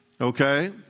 Okay